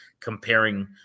comparing